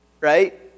right